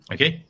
Okay